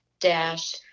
dash